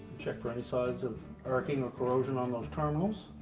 check for any signs of arcing or corrosion on those terminals.